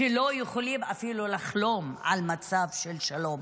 שלא יכולים אפילו לחלום על מצב של שלום.